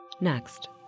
Next